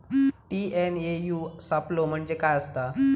TNAU सापलो म्हणजे काय असतां?